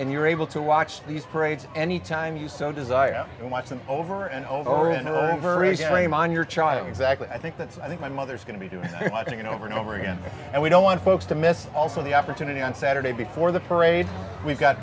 and you're able to watch these parades any time you so desire and watch them over and over and over for a mind your child exactly i think that's i think my mother's going to be doing you know over and over again and we don't want folks to miss also the opportunity on saturday before the parade we've got